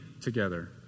together